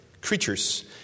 creatures